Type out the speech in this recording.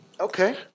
Okay